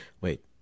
Wait